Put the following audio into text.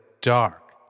dark